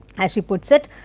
as she puts it.